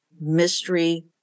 mystery